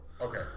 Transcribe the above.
Okay